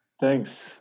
Thanks